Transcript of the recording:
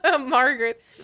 Margaret